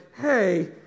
hey